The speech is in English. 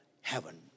heaven